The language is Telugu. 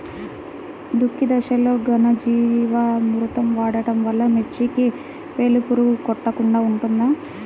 దుక్కి దశలో ఘనజీవామృతం వాడటం వలన మిర్చికి వేలు పురుగు కొట్టకుండా ఉంటుంది?